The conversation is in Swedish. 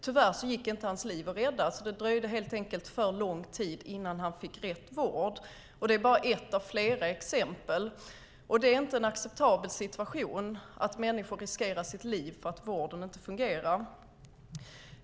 Tyvärr gick inte hans liv att rädda. Det dröjde helt enkelt för lång tid innan han fick rätt vård. Det är bara ett av flera exempel. Det är inte en acceptabel situation att människor riskerar sitt liv därför att vården inte fungerar.